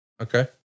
Okay